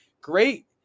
great